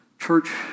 Church